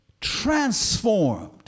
transformed